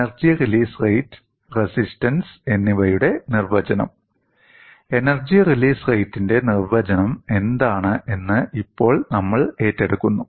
energy release rate resistance എന്നിവയുടെ നിർവചനം energy release റേറ്റിന്റെ നിർവചനം എന്താണ് എന്ന് ഇപ്പോൾ നമ്മൾ ഏറ്റെടുക്കുന്നു